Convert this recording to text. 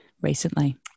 recently